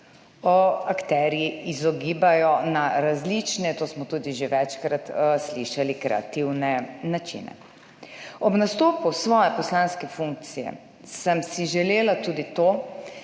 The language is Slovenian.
akterji izogibajo na različne, to smo tudi že večkrat slišali, kreativne načine. Ob nastopu svoje poslanske funkcije sem si želela tudi to,